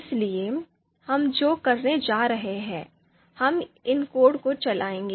इसलिए हम जो करने जा रहे हैं हम इन कोड को चलाएंगे